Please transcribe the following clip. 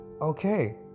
Okay